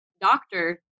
doctor